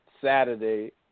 Saturday